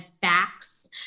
facts